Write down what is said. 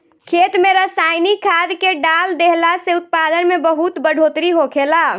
खेत में रसायनिक खाद्य के डाल देहला से उत्पादन में बहुत बढ़ोतरी होखेला